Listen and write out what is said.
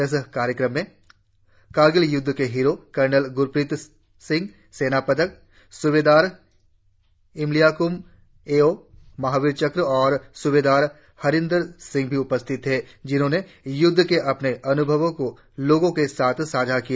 इस कार्यक्रम में कारगिल युद्ध के हीरो कर्नल गुरप्रित सिंह सेना पदक सुवेदार इम्लियाकुम एओ महावीर चक्र और सुवेदार हरिंदर सिंह भी उपस्थित थे जिन्होंने युद्ध के अपने अनुभवों को लोगों के साथ सांझा किया